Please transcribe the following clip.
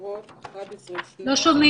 ונתחדשה בשעה